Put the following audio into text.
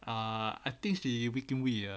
uh I think she wee kim wee ah